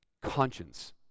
conscience